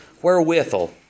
Wherewithal